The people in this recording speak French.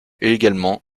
également